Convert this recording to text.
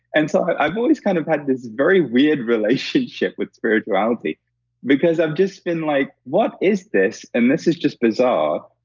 and so, i've always kind of had this very weird relationship with spirituality because i've just been like, what is this? and this is just bizarre?